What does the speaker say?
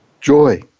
joy